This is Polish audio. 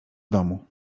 domu